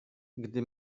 gdy